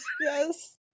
Yes